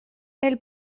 elle